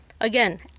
Again